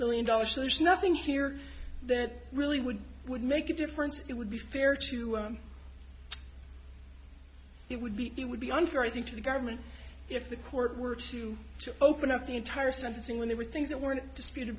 million dollars there's nothing here that really would make a difference it would be fair to he would be it would be unfair i think to the government if the court were to open up the entire sentencing when there were things that were disputed